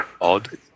odd